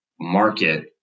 market